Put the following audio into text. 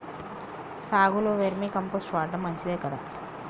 సాగులో vermicompost వాడటం మంచిదే కదా?